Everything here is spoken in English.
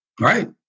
right